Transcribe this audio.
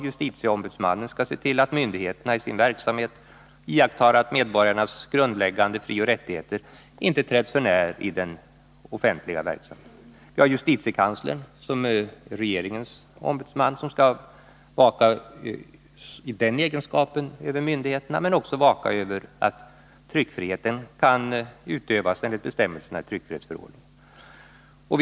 Justitieombudsmännen skall se till att myndigheterna i sin verksamhet iakttar att medborgarnas grundläggande frioch rättigheter inte träds för när i den offentliga verksamheten. Vi har också justitiekanslern, som är regeringens ombudsman och som i den egenskapen skall vaka över myndigheterna men också över att tryckfriheten kan utövas enligt bestämmelserna i tryckfrihetsförordningen.